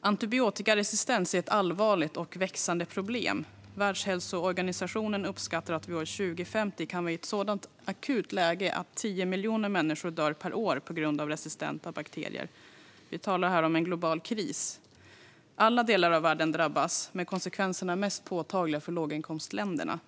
Antibiotikaresistens är ett allvarligt och växande problem. Världshälsoorganisationen uppskattar att vi år 2050 kan vara i ett så akut läge att 10 miljoner människor per år dör på grund av resistenta bakterier. Vi talar här om en global kris. Alla delar av världen drabbas, med mest påtagliga konsekvenser för låginkomstländerna.